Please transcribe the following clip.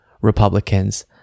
Republicans